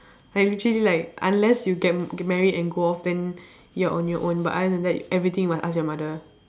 like literally like unless you get get married and go off then you are on your own but other than that everything must ask your mother